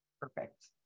Perfect